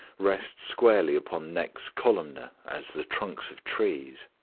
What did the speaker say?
rest squarely upon necks columnar as the trunks of trees.